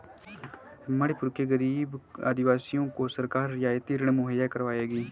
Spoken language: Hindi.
मणिपुर के गरीब आदिवासियों को सरकार रियायती ऋण मुहैया करवाएगी